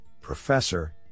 professor